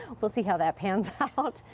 we'll see how that pans out,